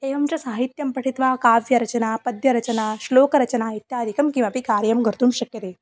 एवं च साहित्यं पठित्वा काव्यरचना पद्यरचना श्लोकरचना इत्यादिकं किमपि कार्यं कर्तुं शक्यते